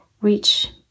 reach